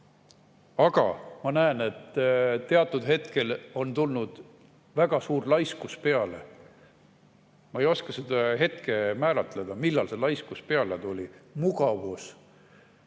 Aga ma näen, et teatud hetkel on tulnud väga suur laiskus peale. Ma ei oska seda hetke, millal see laiskus peale tuli,